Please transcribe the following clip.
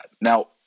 Now